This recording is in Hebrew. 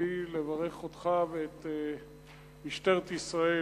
ברצוני לברך אותך ואת משטרת ישראל,